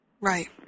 Right